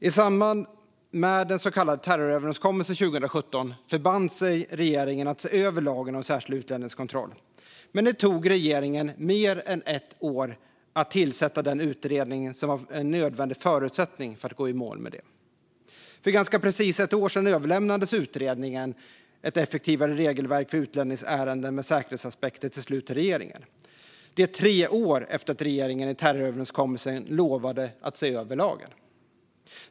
I samband med den så kallade terroröverenskommelsen 2017 förband sig regeringen att se över lagen om särskild utlänningskontroll, men det tog regeringen mer än ett år att tillsätta den utredning som var en nödvändig förutsättning för att gå i mål med detta. För ganska precis ett år sedan överlämnades till slut utredningens betänkande Ett effektivare regelverk för utlänningsärenden med säkerhets aspekter till regeringen. Det var tre år efter att regeringen i terroröverenskommelsen lovade att se över lagen.